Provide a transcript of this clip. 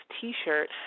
T-shirt